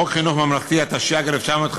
בחוק חינוך ממלכתי, התשי"ג 1953,